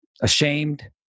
ashamed